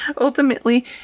Ultimately